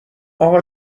اقا